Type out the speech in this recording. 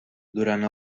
durant